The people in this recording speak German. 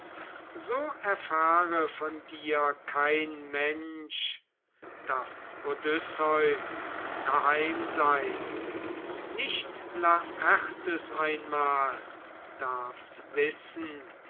so erfahre von dir kein mensch daß odysseus daheim sei nicht laertes einmal darf's wissen